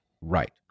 right